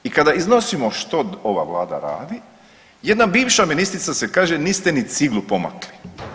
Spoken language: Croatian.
I kada iznosimo što ova Vlada radi jedna bivša ministrica se, kaže niste ni ciglu pomakli.